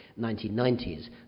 1990s